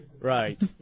Right